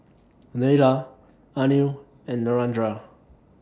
Neila Anil and Narendra